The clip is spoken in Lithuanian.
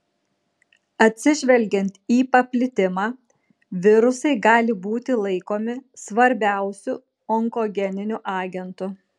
atsižvelgiant į paplitimą virusai gali būti laikomi svarbiausiu onkogeniniu agentu